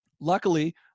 luckily